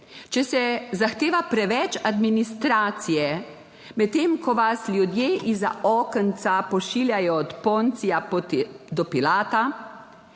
če se zahteva preveč administracije, medtem ko vas ljudje izza okenca pošiljajo od Poncija do Pilata,